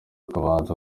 akabanza